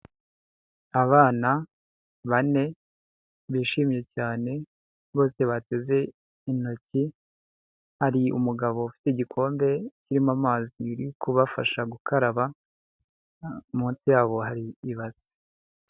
Abana bane, bishimye cyane, bose bateze intoki, hari umugabo ufite igikombe kirimo amazi uri kubafasha gukaraba, munsi yabo hari ibasi.